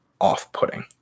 off-putting